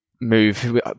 move